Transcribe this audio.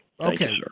Okay